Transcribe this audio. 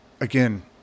Again